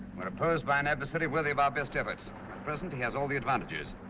but opposed by an adversary worthy of our best efforts. at present he has all the advantages.